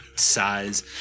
Size